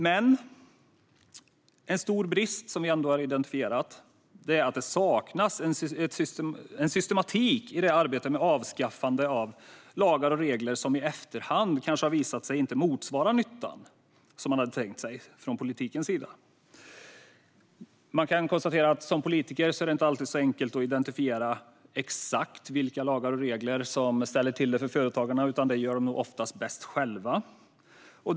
Men en stor brist som vi ändå har identifierat är att det saknas en systematik i arbetet med avskaffandet av lagar och regler som i efterhand har visat sig inte motsvara nyttan som var tänkt från politikens sida. Som politiker är det inte alltid så enkelt att identifiera exakt vilka lagar och regler som ställer till det för företagarna, utan det gör de nog oftast bäst själva.